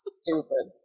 stupid